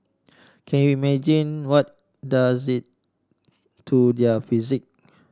can you imagine what does it to their psyche